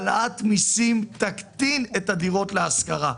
העלאת מסים תקטין את מספר הדירות להשכרה.